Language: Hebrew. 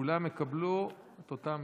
כולם יקבלו את אותה מידה.